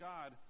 God